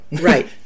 Right